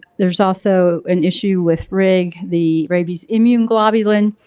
there's also an issue with rig, the rabies immune globulin.